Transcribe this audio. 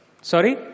Sorry